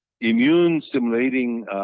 immune-stimulating